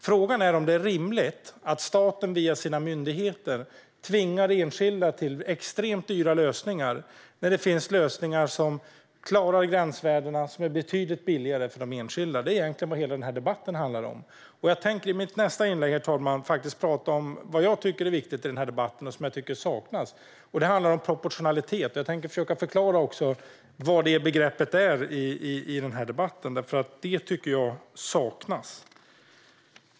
Frågan är om det är rimligt att staten via sina myndigheter tvingar enskilda till extremt dyra lösningar när det finns lösningar som klarar gränsvärdena och är betydligt billigare för de enskilda. Det är egentligen vad hela den här debatten handlar om. Jag tänker i mitt nästa inlägg, herr talman, prata om vad jag tycker är viktigt i den här debatten och vad jag tycker saknas. Det handlar om proportionalitet. Jag tänker försöka förklara vad det begreppet innebär i den här debatten. Det tycker jag nämligen saknas.